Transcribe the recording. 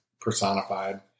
personified